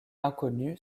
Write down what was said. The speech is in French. inconnue